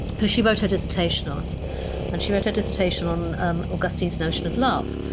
who she wrote her dissertation on and she wrote her dissertation on um augustine's notion of love.